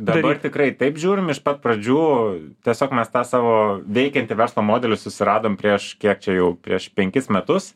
dabar tikrai taip žiūrim iš pat pradžių tiesiog mes tą savo veikiantį verslo modelį susiradom prieš kiek čia jau prieš penkis metus